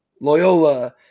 Loyola